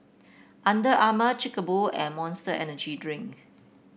Under Armour Chic A Boo and Monster Energy Drink